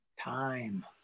Time